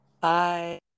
Bye